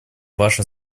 ваше